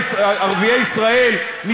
אני